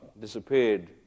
disappeared